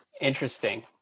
Interesting